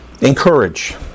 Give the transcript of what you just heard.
Encourage